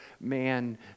man